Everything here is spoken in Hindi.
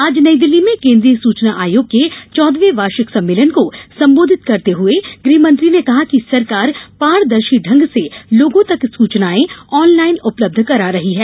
आज नई दिल्ली में केंद्रीय सूचना आयोग के चौदहवें वार्षिक सम्मेलन को संबोधित करते हुए गृह मंत्री ने कहा कि सरकार पारदर्शी ढंग से लोगों तक सुचनायें ऑनलाइन उपलब्ध करा रही है